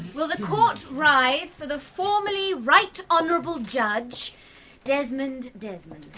will the court rise for the formerly right honourable judge desmond desmond.